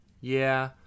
Yeah